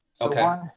Okay